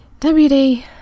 WD